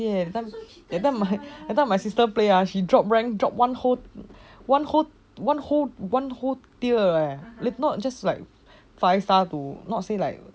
that time my sister play ah she drop rank drop one whole one whole tier eh not just like five star to not say like